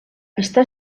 està